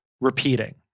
repeating